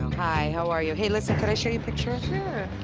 hi, how are you? hey listen, could i show you a picture? sure.